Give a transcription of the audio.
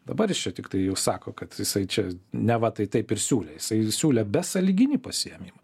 dabar jis čia tiktai jau sako kad jisai čia neva tai taip ir siūlė jisai siūlė besąlyginį pasiėmimą